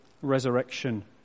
resurrection